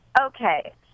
Okay